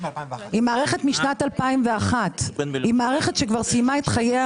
המערכת היא משנת 2011 וסיימה את חייה